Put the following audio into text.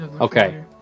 okay